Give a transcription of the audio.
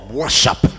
worship